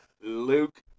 Luke